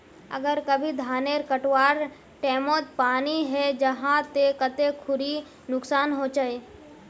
अगर कभी धानेर कटवार टैमोत पानी है जहा ते कते खुरी नुकसान होचए?